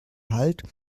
halt